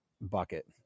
bucket